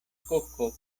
koko